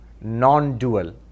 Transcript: non-dual